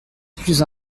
plus